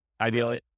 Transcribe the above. ideally